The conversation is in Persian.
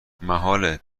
محاله